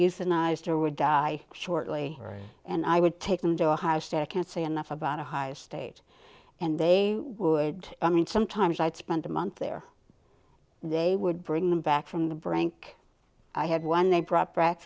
euthanized or would die shortly and i would take them to a higher state can't say enough about ohio state and they would i mean sometimes i'd spend a month there they would bring them back from the brink i had one they brought back